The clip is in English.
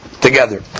together